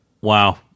wow